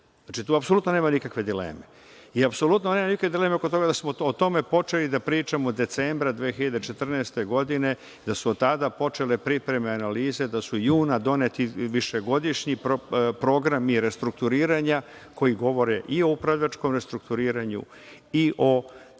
Tu apsolutno nema nikakve dileme i apsolutno nema nikakve dileme oko toga, jer smo o tome počeli da pričamo decembra 2014. godine, da su od tada počele pripreme, analize, da su u junu doneti višegodišnji programi restrukturiranja koji govore i o upravljačkom restrukturiranju i o